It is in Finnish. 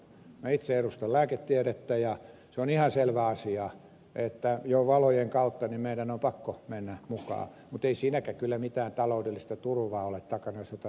minä itse edustan lääketiedettä ja se on ihan selvä asia että jo valojen kautta meidän on pakko mennä mukaan mutta ei siinäkään kyllä mitään taloudellista turvaa ole takana jos jotain erityistä tapahtuu